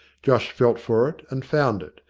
josh felt for it and found it,